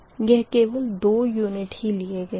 यहाँ केवल दो यूनिट ही लिए गए है